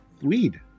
weed